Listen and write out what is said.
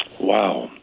Wow